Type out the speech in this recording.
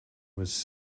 was